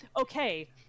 okay